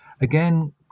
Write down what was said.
again